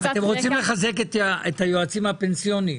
אתם רוצים לחזק את היועצים הפנסיוניים.